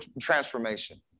transformation